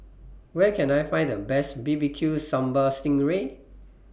Where Can I Find The Best B B Q Sambal Sting Ray